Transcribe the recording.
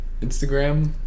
Instagram